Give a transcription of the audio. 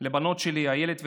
לבנות שלי איילת וגאיה,